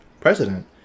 president